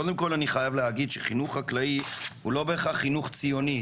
קודם כל אני חייב להגיד שחינוך חקלאי הוא לא בהכרח חינוך ציוני.